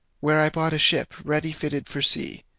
where i bought a ship ready fitted for sea,